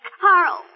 Carl